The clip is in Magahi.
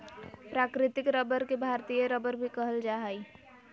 प्राकृतिक रबर के भारतीय रबर भी कहल जा हइ